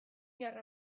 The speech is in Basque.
gerra